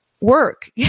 work